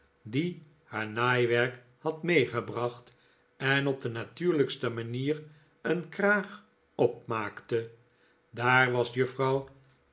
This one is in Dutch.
die haar naaiwerk had meegebracht en op de natuurlijkste manier een kraag opmaakte daar was juffrouw